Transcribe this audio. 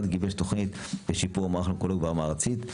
גיבש תוכנית לשיפור המערך האונקולוגי ברמה הארצית?